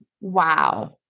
wow